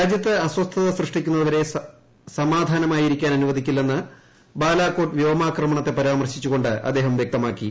രാജൃത്ത്അസ്വസ്ഥതസൃഷ്ടിക്കു ന്നവരെസമാധാനമായിരിക്കാൻ അനുവദിക്കില്ലെന്ന് ബാലാകോട്ട്വ്യോമാക്രമണത്തെ പരാമർശിച്ചുകൊണ്ട്അദ്ദേഹംവൃക്തമാക്കി